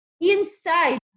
inside